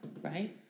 Right